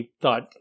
thought